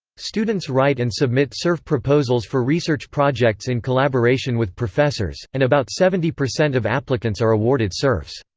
students write and submit surf proposals for research projects in collaboration with professors, and about seventy percent of applicants are awarded surfs.